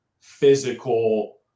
physical